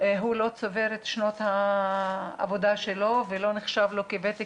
הוא לא צובר את שנות העבודה שלו וזה לא נחשב לו כוותק